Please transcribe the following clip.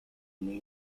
new